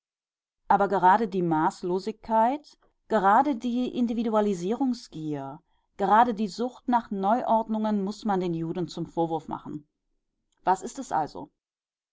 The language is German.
aber gerade die maßlosigkeit gerade die individualisierungsgier gerade die sucht nach neuordnungen muß man den juden zum vorwurf machen was ist es also